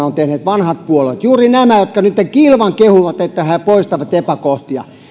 ovat tehneet vanhat puolueet juuri nämä jotka nytten kilvan kehuvat että he poistavat epäkohtia